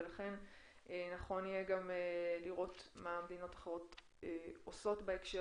ולכן נכון יהיה לראות מה מדינות אחרות עושות בהקשר